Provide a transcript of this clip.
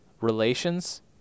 relations